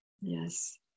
yes